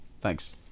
Thanks